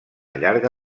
llarga